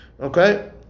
Okay